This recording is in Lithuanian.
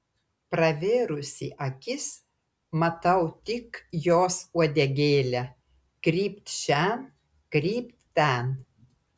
pravėrusi akis matau tik jos uodegėlę krypt šen krypt ten